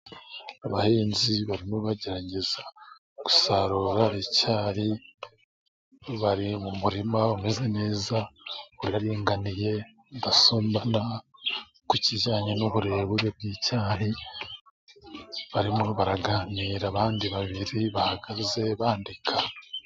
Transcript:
Abahinzi barimo bagerageza gusarura icyari, bari mu murima umeze neza uraringaniye udasumbana ku kijyanye n'uburebure bw'icyayi, barimo baraganira abandi babiri bahagaze bandika.